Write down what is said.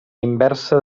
inversa